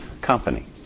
company